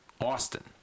austin